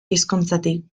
hizkuntzatik